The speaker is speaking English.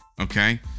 okay